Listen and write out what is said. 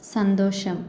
സന്തോഷം